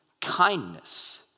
kindness